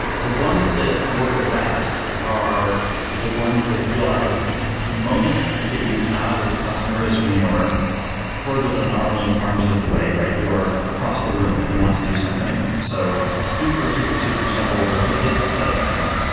the ones that work best are the ones that realize the moment that you have with the customers when you're further than an arm's length arm's length away, you're across the room and want to do something so the super, super, super simple version of this is set a timer.